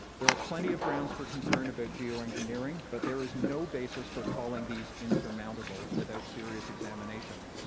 there are plenty of grounds for concern about geoengineering, but there is no basis for calling these insurmountable, without serious examination,